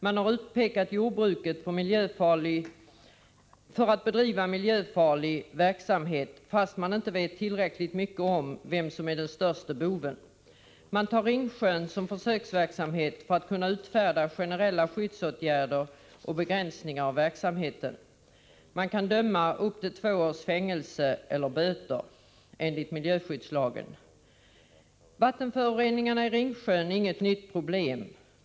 Man har utpekat jordbruket för att bedriva särskilt miljöfarligt verksamhet, fast man inte vet tillräckligt mycket om vem som är den störste ”boven”. Man väljer Ringsjön för försöksverksamhet för att kunna utfärda generella skyddsåtgärder och begränsningar av verksamheter. Man kan utdöma upp till två års fängelse eller böter enligt miljöskyddslagen. Vattenföroreningarna i Ringsjön är inget nytt problem.